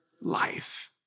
life